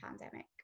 pandemic